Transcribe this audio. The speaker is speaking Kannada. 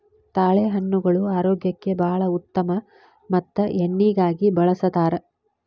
ತಾಳೆಹಣ್ಣುಗಳು ಆರೋಗ್ಯಕ್ಕೆ ಬಾಳ ಉತ್ತಮ ಮತ್ತ ಎಣ್ಣಿಗಾಗಿ ಬಳ್ಸತಾರ